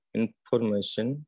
information